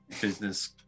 business